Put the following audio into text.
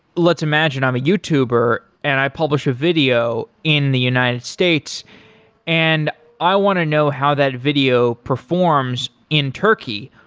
let's imagine, i'm a youtuber and i publish a video in the united states and i want to know how that video performs in turkey.